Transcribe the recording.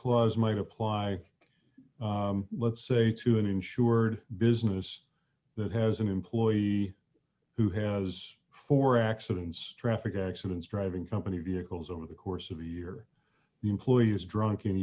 clause might apply let's say to an insured business that has an employee who has for accidents traffic accidents driving company vehicles over the course of the year the employee is drunk